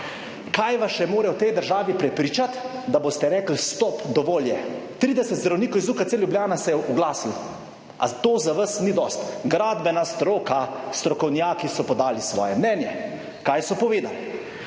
Kaj vas še mora v tej državi prepričati, da boste rekli, stop, dovolj je. 30 zdravnikov iz UKC Ljubljana se je oglasilo, a to za vas ni dosti. Gradbena stroka, strokovnjaki so podali svoje mnenje. Kaj so povedali?